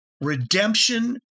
redemption